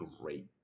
great